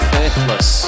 Faithless